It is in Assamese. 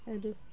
আৰু